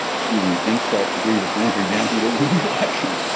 excuse me, insult to grievous injury, damn, if he did win the election,